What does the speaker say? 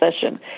session